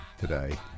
today